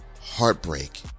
heartbreak